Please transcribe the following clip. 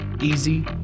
easy